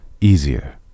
easier